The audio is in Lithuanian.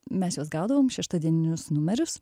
mes juos gaudavom šeštadieninius numerius